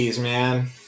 man